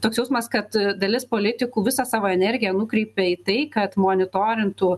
toks jausmas kad dalis politikų visą savo energiją nukreipia į tai kad monitorintų